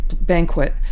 banquet